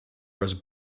was